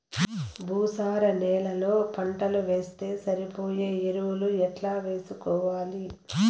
భూసార నేలలో పంటలు వేస్తే సరిపోయే ఎరువులు ఎట్లా వేసుకోవాలి?